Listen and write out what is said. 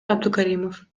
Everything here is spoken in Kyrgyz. абдукаримов